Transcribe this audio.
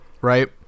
Right